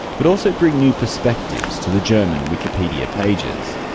but also bring new perspectives to the german wikipedia pages.